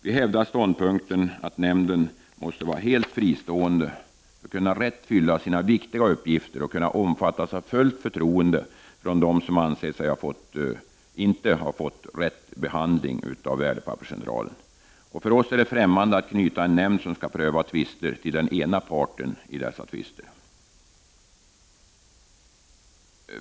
Vi hävdar ståndpunkten att nämnden måste vara helt fristående för att kunna rätt fylla sina viktiga uppgifter och kunna omfattas av fullt förtroende från dem som anser sig inte ha fått rätt behandling av Värdepapperscentralen. För oss är det fftämmande att knyta en nämnd som skall pröva tvister till den ena parten.